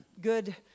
good